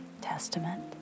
Testament